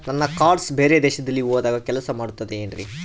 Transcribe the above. ನನ್ನ ಕಾರ್ಡ್ಸ್ ಬೇರೆ ದೇಶದಲ್ಲಿ ಹೋದಾಗ ಕೆಲಸ ಮಾಡುತ್ತದೆ ಏನ್ರಿ?